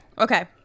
Okay